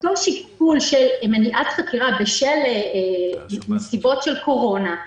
אותו שיקול של מניעת חקירה בשל נסיבות של קורונה,